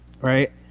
right